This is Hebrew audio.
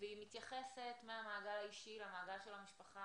והיא מתייחסת מהמעגל האישי למעגל של המשפחה,